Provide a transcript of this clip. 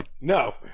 No